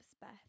Beth